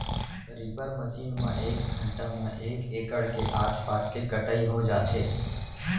reaper machine म एक घंटा म एक एकड़ के आसपास के कटई हो जाथे